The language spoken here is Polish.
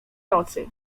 nocy